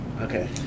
Okay